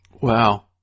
Wow